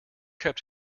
kept